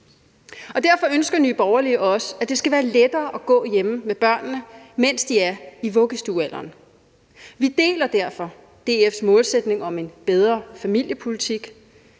Derfor ønsker Nye Borgerlige også, at det skal være lettere at gå hjemme med børnene, mens de er i vuggestuealderen, og vi deler derfor DF's målsætning om en bedre familiepolitik.